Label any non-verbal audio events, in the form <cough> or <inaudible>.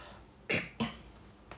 <noise>